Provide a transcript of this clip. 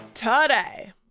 Today